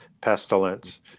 pestilence